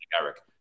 Eric